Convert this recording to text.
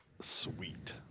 sweet